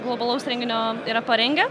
globalaus renginio yra parengę